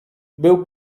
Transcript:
był